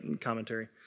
commentary